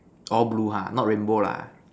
all blue ha not rainbow lah